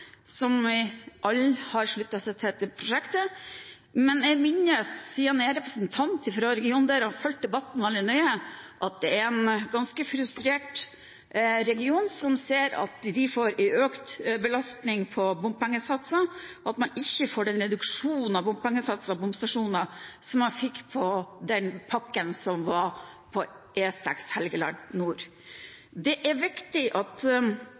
vi alle har sluttet oss til prosjektet, men jeg vil minne om – siden jeg er representant for regionen og har fulgt debatten veldig nøye – at det er en ganske frustrert region som ser at de får en økt belastning med bompengesatser, og at man ikke får den reduksjonen av bompengesatser og bomstasjoner som man fikk i pakken for E6 Helgeland nord. Det er viktig at